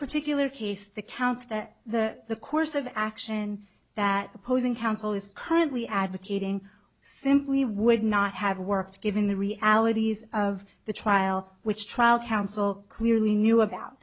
particular case the counts that the the course of action that opposing counsel is currently advocating simply would not have worked given the realities of the trial which trial counsel clearly knew about